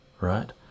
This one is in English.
right